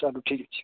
चलूँ ठीक छै